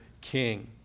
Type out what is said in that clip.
king